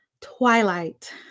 Twilight